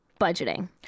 budgeting